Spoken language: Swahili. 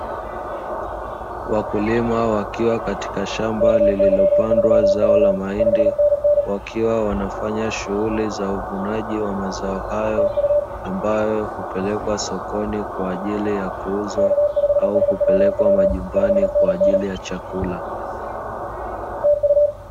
Wakulima wakiwa katika shamba lililopandwa zao la mahindi wakiwa wanafanya shughuli za uvunaji wa mazao hayo, ambayo hupelekwa sokoni kwa ajili ya kuuzwa, au kupelekwa majumbani kwa ajili ya chakula.